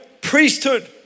priesthood